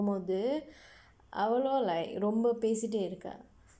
போகும்போது:pookumpoothu like அவளும் ரொம்ப பேசிட்டே இருக்கா:avalum rompa peesitdee irukkaa